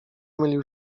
mylił